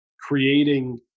creating